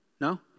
No